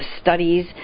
studies